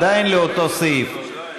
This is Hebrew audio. עדיין לאותו סעיף,